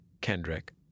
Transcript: Kendrick